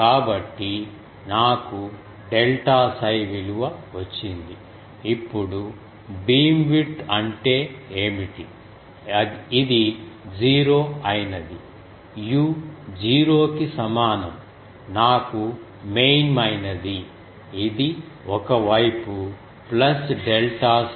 కాబట్టి నాకు డెల్టా 𝜓 విలువ వచ్చింది ఇప్పుడు బీమ్విడ్త్ అంటే ఏమిటి ఇది జీరో అయినది u 0 కి సమానం నాకు మెయిన్మైనది ఇది ఒక వైపు ప్లస్ డెల్టా 𝜓